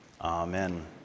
amen